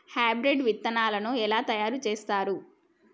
Hybrid విత్తనాలను ఎలా తయారు చేస్తారు?